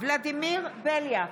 ולדימיר בליאק,